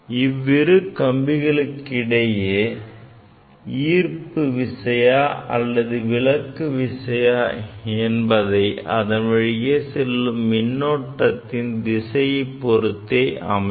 இவ்விரு கம்பிகளுக்கு இடையே ஈர்ப்பு விசையா அல்லது விலக்கு விசையா என்பது அதன் வழியே செல்லும் மின்னோட்டத்தின் திசை பொருத்தே அமையும்